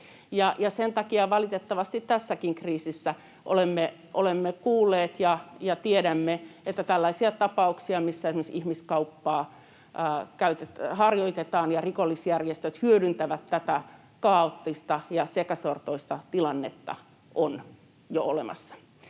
sen takia valitettavasti tässäkin kriisissä olemme kuulleet ja tiedämme, että tällaisia tapauksia, missä esimerkiksi ihmiskauppaa harjoitetaan ja rikollisjärjestöt hyödyntävät tätä kaoottista ja sekasortoista tilannetta, on jo olemassa.